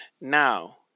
Now